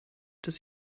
dass